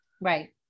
right